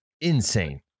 insane